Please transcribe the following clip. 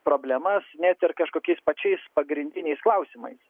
problemas net ir kažkokiais pačiais pagrindiniais klausimais